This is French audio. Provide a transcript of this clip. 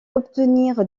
obtenir